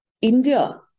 India